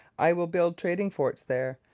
i will build trading forts there.